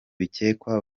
bikekwa